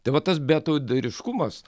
tai va tas beatodairiškumas